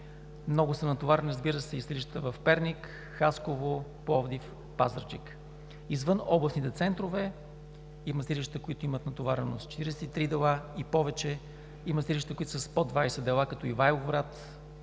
Много са натоварени, разбира се, и съдилищата в Перник, Хасково, Пловдив, Пазарджик. Извън областните центрове има съдилища, които имат натовареност 43 дела и повече; има съдилища, които са с под 20 дела, като в Ивайловград.